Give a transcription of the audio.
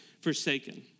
forsaken